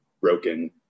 broken